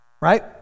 Right